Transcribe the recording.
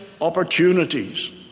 opportunities